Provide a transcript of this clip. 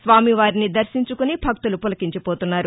స్వామి వారిని దర్శించుకుని భక్తులు పులకించిపోతున్నారు